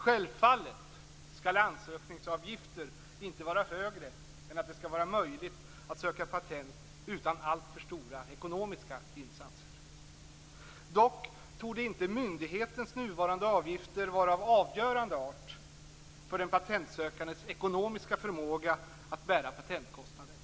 Självfallet skall ansökningsavgifter inte vara högre än att det skall vara möjligt att söka patent utan alltför stora ekonomiska insatser. Dock torde inte myndighetens nuvarande avgifter vara av avgörande art för den patentsökandes ekonomiska förmåga att bära patentkostnaden.